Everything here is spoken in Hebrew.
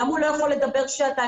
למה הוא לא יכול לדבר שעתיים?